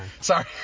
Sorry